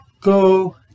go